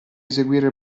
eseguire